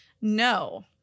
no